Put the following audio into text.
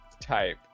type